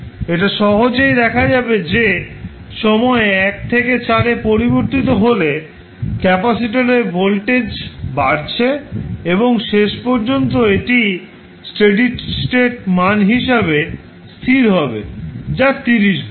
এটা সহজেই দেখা যাবে যে সময় 1 থেকে 4 থেকে পরিবর্তিত হলে ক্যাপাসিটরের ভোল্টেজ বাড়ছে এবং শেষ পর্যন্ত এটি স্টেডি স্টেট মান হিসাবে স্থির হবে যা 30 ভোল্ট